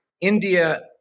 India